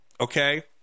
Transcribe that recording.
okay